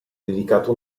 dedicato